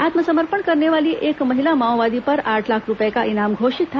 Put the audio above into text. आत्मसपर्मण करने वाली एक महिला माओवादी पर आठ लाख रूपए का इनाम घोषित था